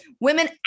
women